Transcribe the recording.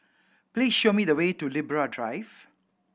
please show me the way to Libra Drive